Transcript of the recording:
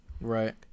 Right